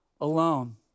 alone